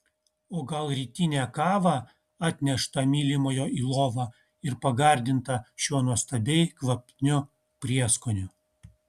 o gal rytinę kavą atneštą mylimojo į lovą į pagardintą šiuo nuostabiai kvapniu prieskoniu